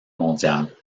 mondiale